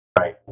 right